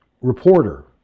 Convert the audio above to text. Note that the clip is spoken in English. reporter